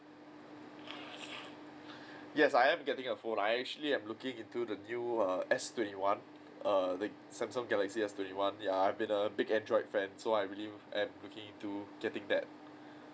yes I am getting a phone I actually am looking into the new err S twenty one err the samsung galaxy S twenty one ya I've been a big android fan so I really am looking into getting that